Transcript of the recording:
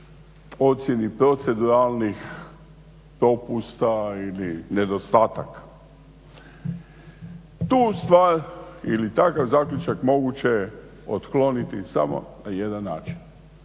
ocjeni proceduralnih propusta ili nedostataka. Tu stvar ili takav zaključak moguće je otkloniti samo na jedan način,